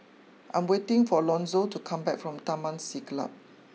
I'm waiting for Lonzo to come back from Taman Siglap